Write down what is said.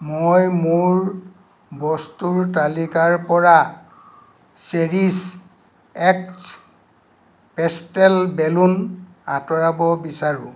মই মোৰ বস্তুৰ তালিকাৰ পৰা চেৰিছ এক্স পেষ্টেল বেলুন আঁতৰাব বিচাৰোঁ